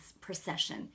procession